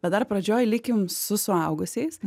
bet dar pradžioj likim su suaugusiais